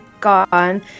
gone